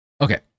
Okay